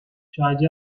stone